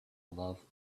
love